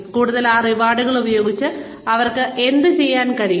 കൂടാതെ ആ റിവാർഡുകൾ ഉപയോഗിച്ച് അവർക്ക് എന്തുചെയ്യാൻ കഴിയും